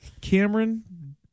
Cameron